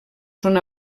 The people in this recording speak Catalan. són